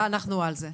טוב, אנחנו על זה.